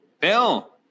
Bill